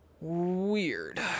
Weird